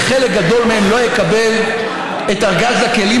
וחלק גדול מהם לא יקבל את ארגז הכלים